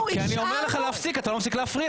כי אני אומר לך להפסיק, אתה לא מפסיק להפריע.